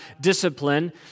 discipline